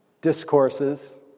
discourses